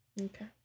Okay